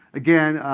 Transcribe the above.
again,